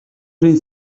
эрийн